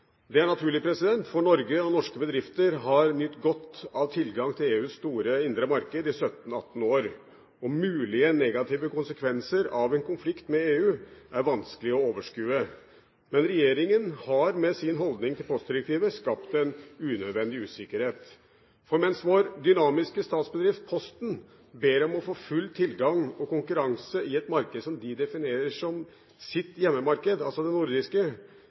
Det er naturlig, for Norge og norske bedrifter har nytt godt av tilgang til EUs store indre marked i 17–18 år, og mulige negative konsekvenser av en konflikt med EU er vanskelig å overskue. Men regjeringen har med sin holdning til postdirektivet skapt en unødvendig usikkerhet. For mens vår dynamiske statsbedrift Posten ber om å få full tilgang og konkurranse i et marked som de definerer som sitt hjemmemarked, altså det nordiske,